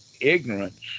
ignorance